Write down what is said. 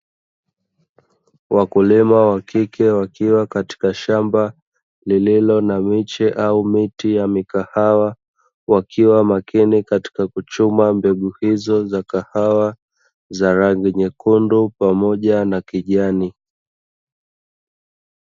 Wakulima wa kike wakiwa katika shamba lililo na miche au miti ya mikahawa, wakiwa makini katika kuchuma mbegu hizo za kahawa za rangi nyekundu pamoja na kijani.